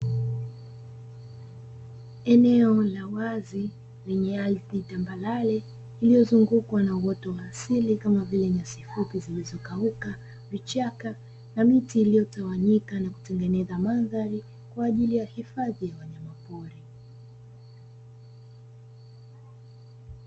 Eneo la wazi lenye ardhi tambarare lililozungukwa na uoto wa asili kama vile nyasi fupi zilizokauka, vichaka na miti iliyotawanyika na kutengeneza mandhari kwa ajili ya hifadhi ya wanyamapori.